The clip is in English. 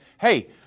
hey